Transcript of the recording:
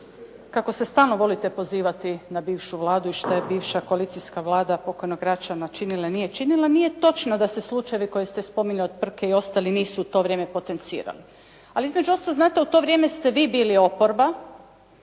kako se stalno volite pozivati na bivšu Vladu i što je bivša koalicijska Vlada pokojnog Račna činila i nije činila, nije točno da se slučajevi koje ste spominjali od Prke i ostalih nisu u to vrijeme potencirali, ali između ostaloga zanate u to vrijeme ste vi bili oporba,